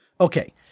Okay